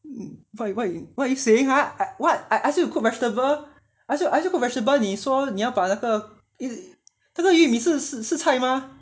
what you what you what are you saying ha what I I ask you to cook vegetable I ask you I ask you cook vegetable 你说你要把那个那个鱼是是菜吗